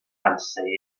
unsay